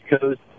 Coast